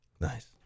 Nice